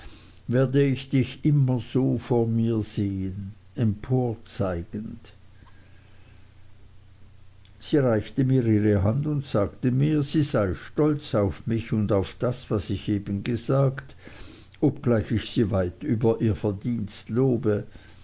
werde ich dich immer so vor mir sehen emporzeigend sie reichte mir ihre hand und sagte mir sie sei stolz auf mich und auf das was ich eben gesagt obgleich ich sie weit über ihr verdienst lobe